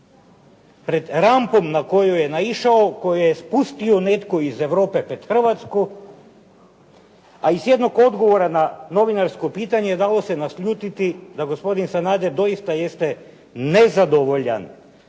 pred rampom na koju je naišao, koju je spustio netko iz Europe pred Hrvatsku, a iz jednog odgovora na novinarsko pitanje dalo se naslutiti da gospodin Sanader doista jeste nezadovoljan